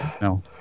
no